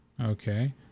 Okay